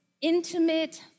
intimate